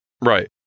Right